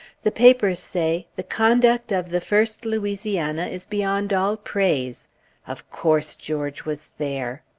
the papers say the conduct of the first louisiana is beyond all praise of course, george was there!